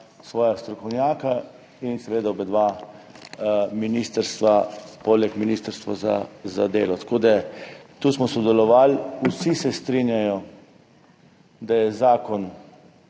svoja strokovnjaka in seveda obe ministrstvi poleg ministrstva za delo. Tako da, tu smo sodelovali. Vsi se strinjajo, da je zakon